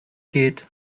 geht